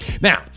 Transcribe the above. Now